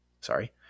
sorry